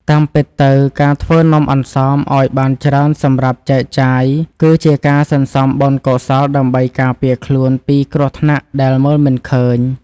តាមពិតទៅការធ្វើនំអន្សមឱ្យបានច្រើនសម្រាប់ចែកចាយគឺ ជាការសន្សំបុណ្យកុសលដើម្បីការពារខ្លួនពីគ្រោះថ្នាក់ដែលមើលមិនឃើញ។